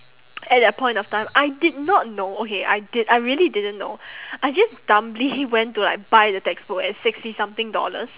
at that point of time I did not know okay I did I really didn't know I just dumbly went to like buy the textbook at sixty something dollars